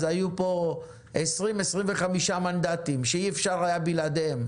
אז היו פה 25-20 מנדטים שאי אפשר היה בלעדיהם,